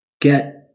Get